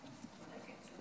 תודה, אדוני היושב